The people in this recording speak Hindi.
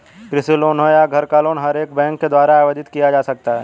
कृषि लोन हो या घर का लोन हर एक बैंक के द्वारा आवेदित किया जा सकता है